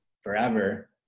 Forever